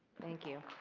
thank you.